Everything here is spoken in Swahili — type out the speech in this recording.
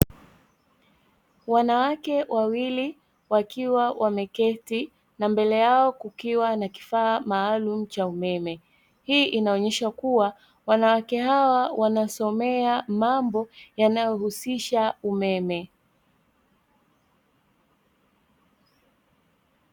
Wanawake wawili wakiwa wameketi na mbele yao kukiwa na kifaa maalumu cha umeme, hii inaonyesha kuwa wanawake hao wanasomea mambo yanayohusisha umeme.